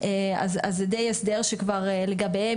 אז זה דיי הסדר שכבר לגבהים,